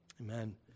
Amen